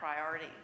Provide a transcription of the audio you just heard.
priority